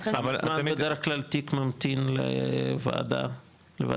כמה זמן לוקח אבל בדרך כלל תיק ממתין לוועדה חריגים,